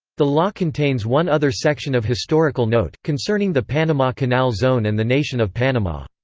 the law contains one other section of historical note, concerning the panama canal zone and the nation of panama.